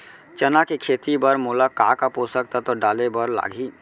चना के खेती बर मोला का का पोसक तत्व डाले बर लागही?